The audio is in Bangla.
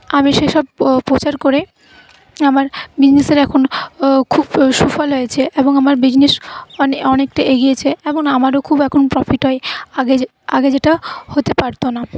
আমি সেসব পো প্রচার করে আমার বিজনেসের এখন খুব সুফল হয়েছে এবং আমার বিজনেস অনেক অনেকটা এগিয়েছে এখন আমারও খুব এখন প্রফিট হয় আগে যে আগে যেটা হতে পারত না